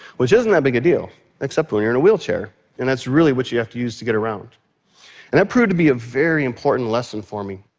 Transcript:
which isn't that big a deal except when you're in a wheelchair and that's really what you have to use to get around. and that proved to be a very important lesson for me.